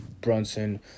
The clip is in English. Brunson